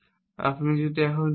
এবং আপনি যদি এখন চান